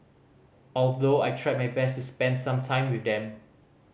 although I tried my best to spend time with them